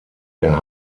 der